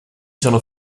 sono